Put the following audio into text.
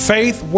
Faith